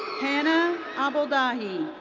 hanna abdelhadi.